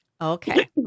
okay